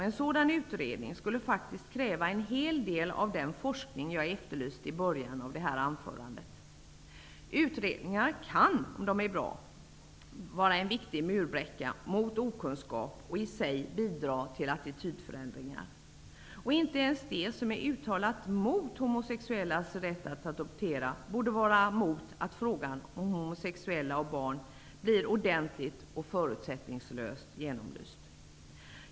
En sådan utredning skulle faktiskt kräva en hel del av den forskning jag efterlyste i början av det här anförandet. Utredningar kan, om de är bra, vara en viktig murbräcka mot okunskap och i sig bidra till attitydförändringar. Och inte ens de som är uttalat mot homosexuellas rätt att adoptera borde vara mot att frågan om homosexuella och barn blir ordentligt och förutsättningslöst genomlyst.